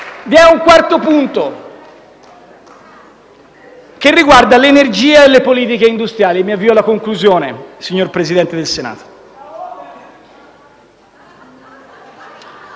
Vi è un quarto punto, che riguarda l'energia e le politiche industriali. Mi avvio alla conclusione, signor Presidente del Senato.